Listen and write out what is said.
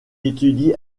étudie